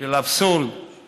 של אבסורד: אתה